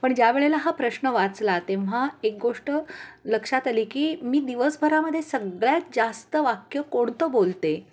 पण ज्यावेळेला हा प्रश्न वाचला तेव्हा एक गोष्ट लक्षात आली की मी दिवसभरामध्ये सगळ्यात जास्त वाक्य कोणतं बोलते